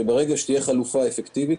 שברגע שתהיה חלופה אפקטיבית,